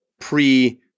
pre-